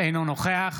אינו נוכח